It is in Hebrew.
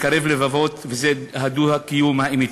מקרב לבבות, וזה הדו-קיום האמיתי.